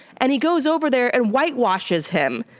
and he goes over there and whitewashes him,